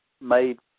made